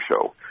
show